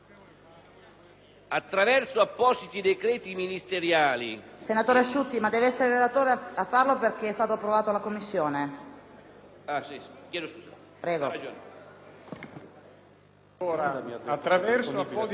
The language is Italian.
«Attraverso appositi decreti ministeriali emanati in attuazione dell'articolo 9 del decreto del Presidente della Repubblica 8 luglio 2005, n. 212, saranno determinati gli obiettivi formativi